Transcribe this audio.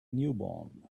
newborn